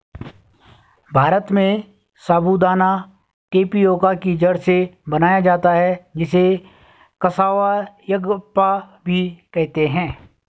भारत में साबूदाना टेपियोका की जड़ से बनाया जाता है जिसे कसावा यागप्पा भी कहते हैं